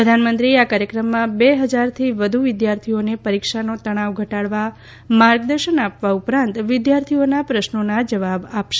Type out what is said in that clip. પ્રધાનમંત્રી આ કાર્યક્રમમાં બે હજારથી વધુ વિદ્યાર્થીઓને પરીક્ષાનો તણાવ ઘટાડવા માર્ગદર્શન આપવા ઉપરાંત વિદ્યાર્થીઓના પ્રશ્નોના જવાબો આપશે